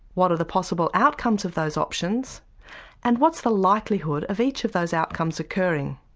what are the possible outcomes of those options and what's the likelihood of each of those outcomes occurring?